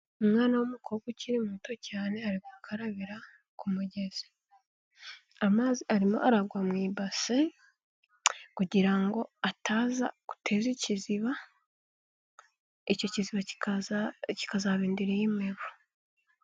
Umwana w'umukobwa ukiri muto cyane, ari gukarabira ku mugezi, amazi arimo aragwa mu ibase, kugira ngo ataza guteza ikiziba, icyo kiziba kikaza kikazaba indiri y'imibu.